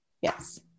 Yes